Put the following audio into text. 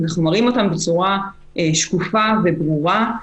אנחנו מראים אותם בצורה שקופה וברורה.